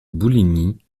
bouligny